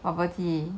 bubble tea